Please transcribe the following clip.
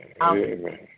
amen